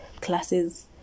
classes